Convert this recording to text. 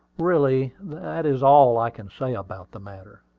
really, that is all i can say about the matter.